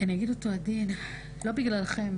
ואני אגיד אותו עדין לא בגללי ולא בגללכם,